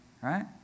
Right